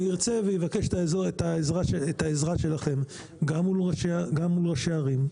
אני ארצה ואבקש את העזרה שלכם גם מול ראשי ערים.